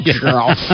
girl